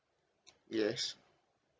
yes